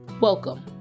Welcome